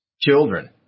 children